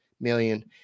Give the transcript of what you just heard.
million